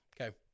Okay